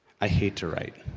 i hate to write.